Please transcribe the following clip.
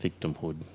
victimhood